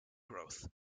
growth